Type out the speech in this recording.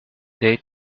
they